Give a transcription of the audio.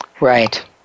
Right